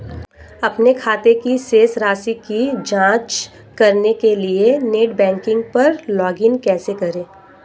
अपने खाते की शेष राशि की जांच करने के लिए नेट बैंकिंग पर लॉगइन कैसे करें?